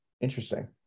Interesting